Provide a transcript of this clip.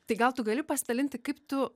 tai gal tu gali pasidalinti kaip tu